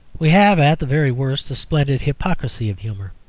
we have at the very worst a splendid hypocrisy of humour.